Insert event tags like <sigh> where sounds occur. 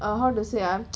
uh how to say ah <noise>